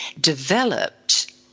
developed